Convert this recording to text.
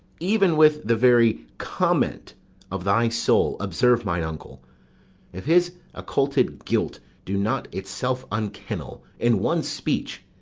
even with the very comment of thy soul observe mine uncle if his occulted guilt do not itself unkennel in one speech,